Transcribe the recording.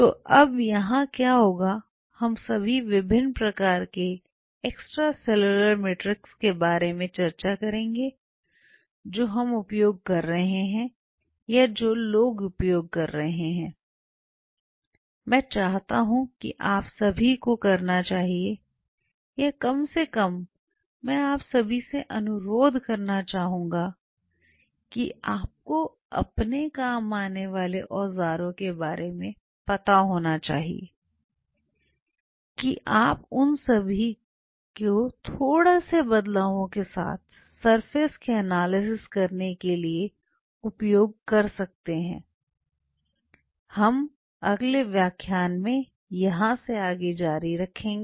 तो अब यहाँ क्या होगा हम सभी विभिन्न प्रकार के एक्स्ट्रा सेलुलर मैट्रिक्स के बारे में चर्चा करेंगे जो हम उपयोग कर रहे हैं या जो लोग उपयोग करते हैं मैं चाहता हूं कि आप सभी को करना चाहिए या कम से कम मैं आप सभी से अनुरोध करना चाहूंगा कि आपको अपने काम आने वाले औजारों के बारे में पता होना चाहिए कि आप उन सभी को थोड़े से बदलावों के साथ सर्फेस का एनालिसिस करने के लिए उपयोग कर सकते हैं हम यहां से जारी रखेंगे